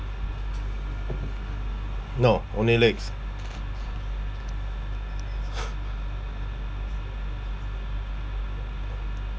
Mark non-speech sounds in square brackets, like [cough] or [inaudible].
no only legs [breath]